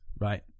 right